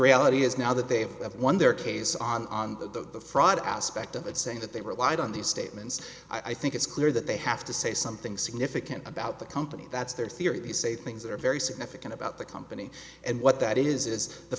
reality is now that they have won their case on the fraud aspect of it saying that they relied on these statements i think it's clear that they have to say something significant about the company that's their theory they say things that are very significant about the company and what that is is the